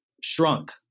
shrunk